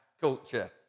culture